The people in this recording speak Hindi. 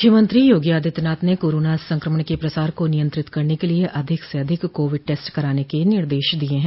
मुख्यमंत्री योगी आदित्यनाथ ने कोरोना संक्रमण के प्रसार को नियंत्रित करने के लिये अधिक से अधिक कोविड टेस्ट कराने के निर्देश दिये हैं